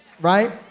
right